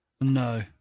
No